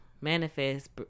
Manifest